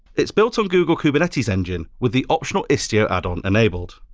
it's built on google kubernetes engine, with the optional istio add-on enabled.